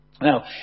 Now